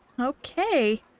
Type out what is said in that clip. Okay